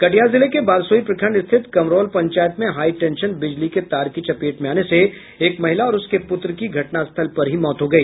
कटिहार जिले के बारसोई प्रखंड स्थित कमरोल पंचायत में हाई टेंशन बिजली के तार की चपेट में आने से एक महिला और उसके पुत्र की घटनास्थल पर ही मौत हो गई